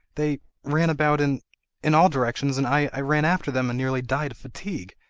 they ran about in in all directions, and i i ran after them and nearly died of fatigue.